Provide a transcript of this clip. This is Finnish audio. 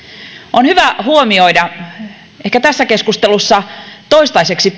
on hyvä huomioida ehkä tässä keskustelussa toistaiseksi